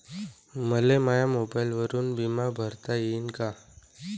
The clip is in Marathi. मले माया मोबाईलवरून बिमा भरता येईन का?